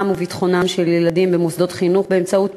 וביטחונם של ילדים במוסדות חינוך באמצעות